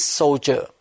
soldier